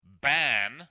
ban